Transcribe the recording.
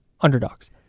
underdogs